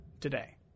today